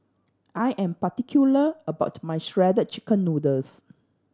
I am particular about my Shredded Chicken Noodles